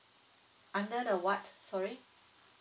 under the what sorry